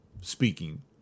speaking